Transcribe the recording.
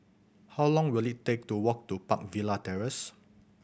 how long will it take to walk to Park Villa Terrace